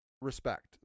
respect